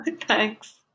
Thanks